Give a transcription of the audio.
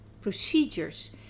procedures